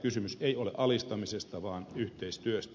kysymys ei ole alistamisesta vaan yhteistyöstä